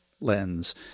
lens